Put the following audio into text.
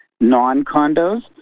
non-condos